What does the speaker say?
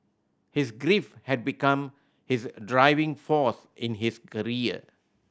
his grief had become his driving force in his career